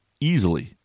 Easily